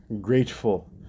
grateful